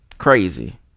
crazy